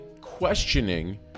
questioning